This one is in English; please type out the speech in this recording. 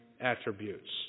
attributes